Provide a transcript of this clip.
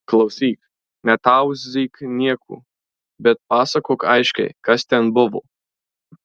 klausyk netauzyk niekų bet pasakok aiškiai kas ten buvo